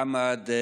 חמד,